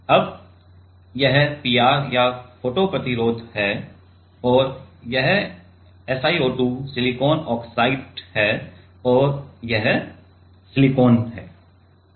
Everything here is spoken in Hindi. अब तो यह PR या फोटो प्रतिरोध है और यह Si02 सिलिकॉन ऑक्साइड है और यह सिलिकॉन है